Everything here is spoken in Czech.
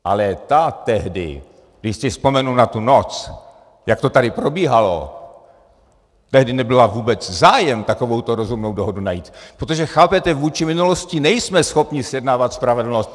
Ale ta tehdy, když si vzpomenu na tu noc, jak to tady probíhalo, tehdy nebyl vůbec zájem takovouto rozumnou dohodu najít, protože, chápete?, vůči minulosti nejsme schopni zjednávat spravedlnost.